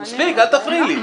מספיק, אל תפריעי לי.